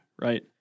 Right